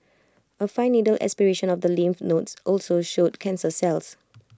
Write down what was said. A fine needle aspiration of the lymph nodes also showed cancer cells